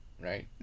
right